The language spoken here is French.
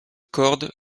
corde